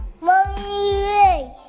Mommy